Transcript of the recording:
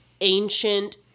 ancient